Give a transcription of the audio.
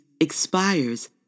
expires